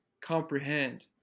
comprehend